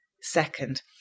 second